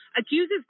accuses